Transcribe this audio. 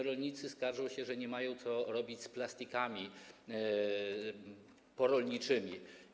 Rolnicy skarżą się też, że nie mają co robić z plastikami porolniczymi.